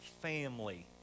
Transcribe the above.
family